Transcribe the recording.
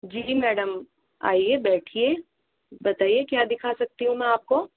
जी madam आईये बैठिये बताईये क्या दिखा सकती हूँ मै आपको